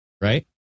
Right